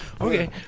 Okay